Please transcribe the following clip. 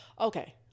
Okay